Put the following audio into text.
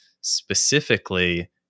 specifically